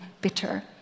bitter